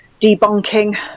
debunking